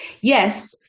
Yes